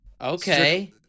Okay